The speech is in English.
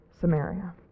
Samaria